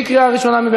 בקריאה ראשונה.